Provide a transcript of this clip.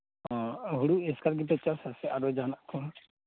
ᱚᱻ ᱦᱳᱲᱳ ᱮᱥᱠᱟᱨ ᱜᱮᱯᱮ ᱪᱟᱥᱟ ᱥᱮ ᱟᱨᱦᱚᱸ ᱡᱟᱦᱟᱱᱟᱜ ᱠᱚ